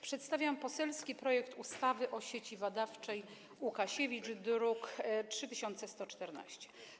Przedstawiam poselski projekt ustawy o Sieci Badawczej Łukasiewicz, druk nr 3114.